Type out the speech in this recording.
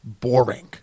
boring